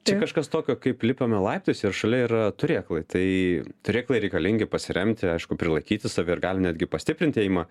čia kažkas tokio kaip lipame laiptais ir šalia yra turėklai tai turėklai reikalingi pasiremti aišku prilaikyti save ir gali netgi pastiprint ėjimą